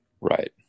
Right